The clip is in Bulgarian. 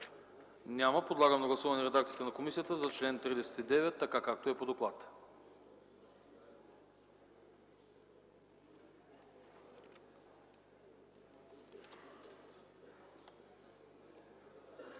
Няма. Подлагам на гласуване редакцията на комисията за чл. 46, така както е по доклада.